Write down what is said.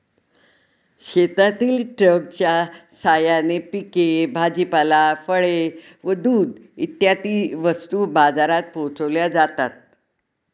शेतातील ट्रकच्या साहाय्याने पिके, भाजीपाला, फळे व दूध इत्यादी वस्तू बाजारात पोहोचविल्या जातात